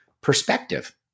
perspective